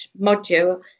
module